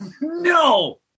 no